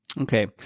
Okay